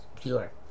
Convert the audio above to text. pure